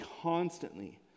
constantly